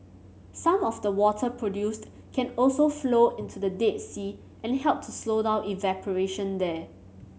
some of the water produced can also flow into the Dead Sea and help to slow down evaporation there